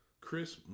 Chris